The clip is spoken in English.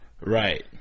Right